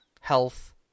health